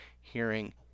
hearing